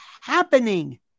happening